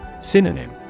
Synonym